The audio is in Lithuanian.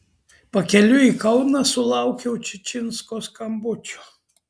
pakeliui į kauną sulaukiau čičinsko skambučio